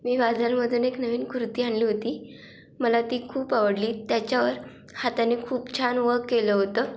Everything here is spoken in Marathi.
मी बाजारमधून एक नवीन कुर्ती आणली होती मला ती खूप आवडली त्याच्यावर हाताने खूप छान वक केलं होतं